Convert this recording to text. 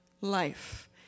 life